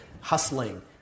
hustling